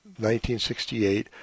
1968